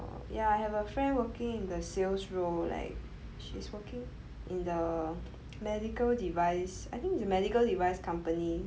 ya I have a friend working in the sales role like she's working in the medical device I think the medical device company